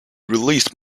released